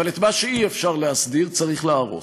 אבל את מה שאי-אפשר להסדיר, צריך להרוס.